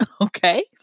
Okay